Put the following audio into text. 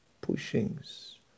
pushings